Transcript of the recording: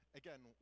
again